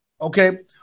okay